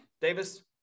davis